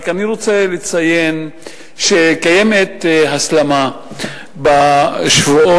אני רק רוצה לציין שקיימת הסלמה בשבועות